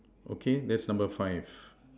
okay that's number five